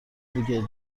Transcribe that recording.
دیگه